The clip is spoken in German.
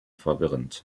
verwirrend